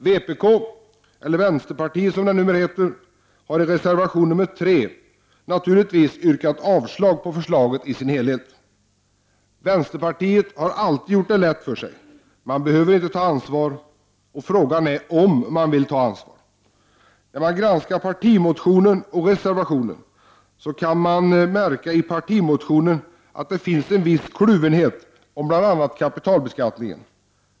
Vpk, eller vänsterpartiet som det numera heter, har i reservation 3 naturligtvis yrkat avslag på förslaget i dess helhet. Vänsterpartiet har alltid gjort det lätt för sig. Partiet behöver inte ta ansvar, och frågan är om det vill ta ansvar. När man granskar partimotionen och reservationen, kan man i parti motionen märka att det finns en viss kluvenhet om bl.a. kapitalbeskattningen.